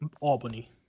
Albany